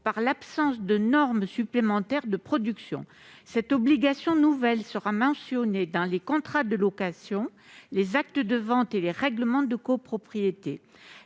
par l'absence de normes supplémentaires de production. Cette obligation nouvelle sera mentionnée dans les contrats de location, les actes de vente et les règlements de copropriété.